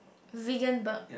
Veganburg